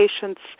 patients